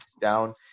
down